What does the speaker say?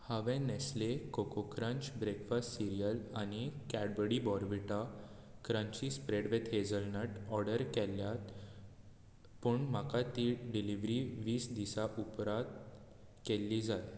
हांवें Nestle Koko Krunch breakfast cereal आनी Cadbury Bournvita crunchy spread with hazelnut order केल्यात पूण म्हाका ती डिलिव्हरी वीस दिसा उपरांत केल्ली जाय